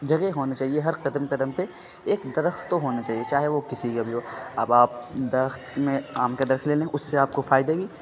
جگہ ہونا چاہیے ہر قدم قدم پہ ایک درخت تو ہونا چاہیے چاہے وہ کسی کا بھی ہو اب آپ درخت میں آم کے درخت لے لیں اس سے آپ کو فائدے بھی